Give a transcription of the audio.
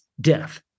death